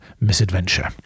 misadventure